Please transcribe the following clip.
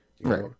Right